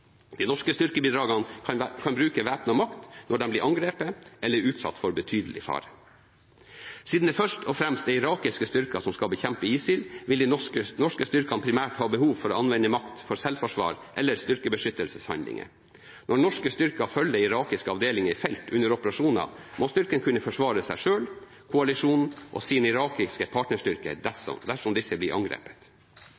De norske styrkebidragene kan bruke væpnet makt når de blir angrepet eller utsatt for betydelig fare. Siden det først og fremst er irakiske styrker som skal bekjempe ISIL, vil de norske styrkene primært ha behov for å anvende makt for selvforsvar eller styrkebeskyttelseshandlinger. Når norske styrker følger irakiske avdelinger i felt under operasjoner, må styrken kunne forsvare seg selv, koalisjonen og sin irakiske partnerstyrke